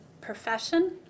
profession